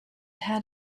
had